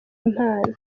impano